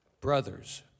Brothers